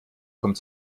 kommt